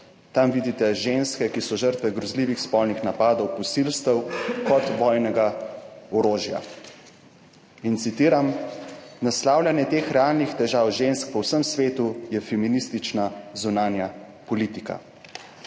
tam vidite ženske, ki so žrtve grozljivih spolnih napadov, posilstev kot vojnega orožja. In citiram: »Naslavljanje teh realnih težav žensk po vsem svetu je feministična zunanja politika.«